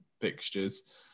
fixtures